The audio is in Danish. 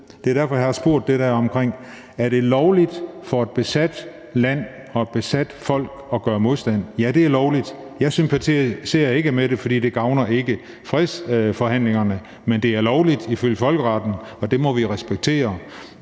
det er derfor, jeg har spurgt til de ting – sige til mig selv: Er det lovligt for et besat land og et besat folk at gøre modstand? Ja, det er lovligt. Jeg sympatiserer ikke med det, for det gavner ikke fredsforhandlingerne, men det er lovligt ifølge folkeretten, og det må vi respektere.